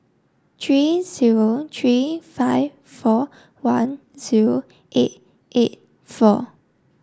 three zero three five four one zero eight eight four